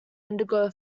indigo